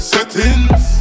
Settings